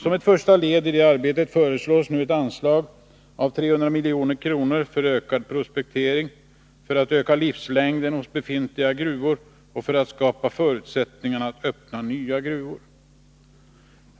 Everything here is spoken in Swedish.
Som ett första led i detta arbete föreslås nu ett anslag av 300 milj.kr. för ökad prospektering, för ökad livslängd hos befintliga gruvor och för att skapa förutsättningar att öppna nya gruvor.